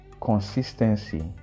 consistency